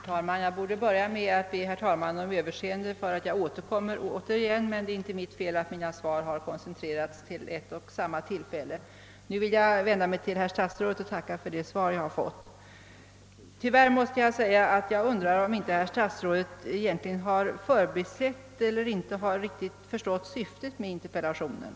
Herr talman! Jag borde börja med att be herr talmannen om överseende för att jag återkommer, men det är inte mitt fel att mina svar har koncentrerats till ett och samma tillfälle. Nu vill jag vända mig till herr statsrådet och tacka för det svar jag har fått. Tyvärr måste jag säga att jag undrar om inte herr statsrådet egentligen har förbisett eller inte riktigt förstått syftet med interpellationen.